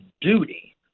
duty